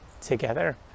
together